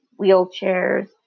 wheelchairs